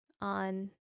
on